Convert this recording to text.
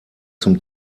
zum